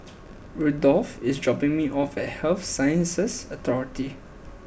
Rudolfo is dropping me off at Health Sciences Authority